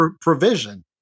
provision